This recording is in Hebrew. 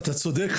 אתה צודק.